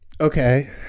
Okay